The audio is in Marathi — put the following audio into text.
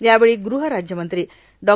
यावेळी गृहराज्यमंत्री डॉ